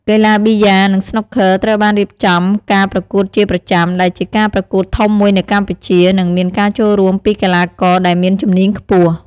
កីឡាប៊ីយ៉ា និងស្នូកឃ័រត្រូវបានរៀបចំការប្រកួតជាប្រចាំ ដែលជាការប្រកួតធំមួយនៅកម្ពុជា និងមានការចូលរួមពីកីឡាករដែលមានជំនាញខ្ពស់។